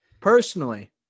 Personally